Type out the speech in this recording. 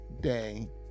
day